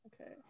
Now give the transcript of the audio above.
Okay